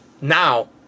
now